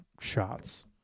shots